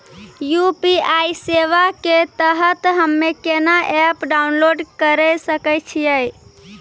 UPI सेवा के तहत हम्मे केना एप्प डाउनलोड करे सकय छियै?